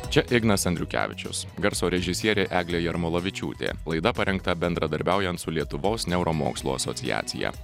čia ignas andriukevičius garso režisierė eglė jarmolavičiūtė laida parengta bendradarbiaujant su lietuvos neuromokslų asociacija